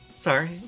Sorry